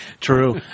true